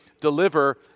deliver